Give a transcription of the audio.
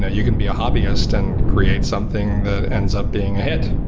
ah you can be a hobbyist and create something that ends up being a hit.